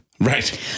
Right